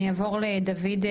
אני אעבור לדוד בדל,